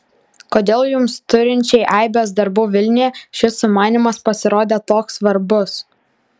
kodėl jums turinčiai aibes darbų vilniuje šis sumanymas pasirodė toks svarbus